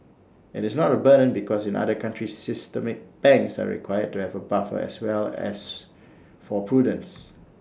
IT is not A burn because in other countries systemic banks are required to have A buffer as well as for prudence